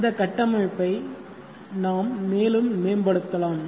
இந்த கட்டமைப்பை நாம் மேலும் மேம்படுத்தலாம்